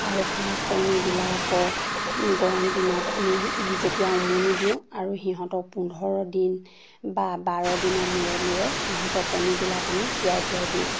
আৰু হাঁহ কণীবিলাকক গৰম দিনত আমি যেতিয়া উমনি দিওঁ আৰু সিহঁতক পোন্ধৰ দিন বা বাৰ দিনৰ মূৰে মূৰে সিহঁতৰ কণীবিলাক আমি তিয়াই তিয়াই দিওঁ